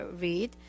read